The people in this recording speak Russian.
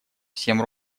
всем